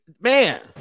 man